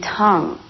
tongue